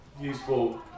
useful